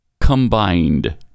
combined